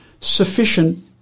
sufficient